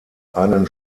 einen